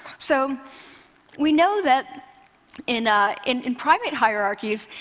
so we know that in ah in primate hierarchies,